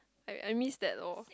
I I miss that lor